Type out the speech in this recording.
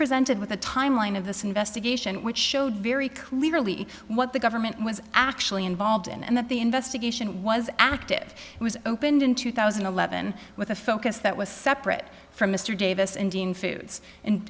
presented with a timeline of this investigation which showed very clearly what the government was actually involved in and that the investigation was active it was opened in two thousand and eleven with a focus that was separate from mr davis indian food in